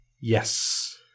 Yes